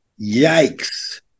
yikes